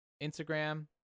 Instagram